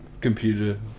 Computer